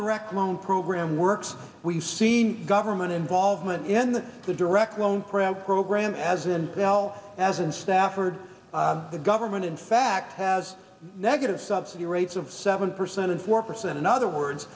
direct loan program works we've seen government involvement in the direct loan for a program as in now as in stafford the government in fact has negative subsidy rates of seven percent and four percent in other words